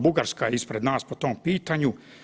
Bugarska je ispred nas po tom pitanju.